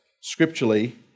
scripturally